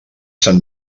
san